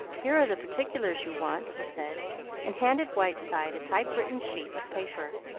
here are the particulars you want, he said and handed whiteside a typewritten sheet of paper.